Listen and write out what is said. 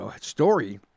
story